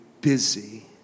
busy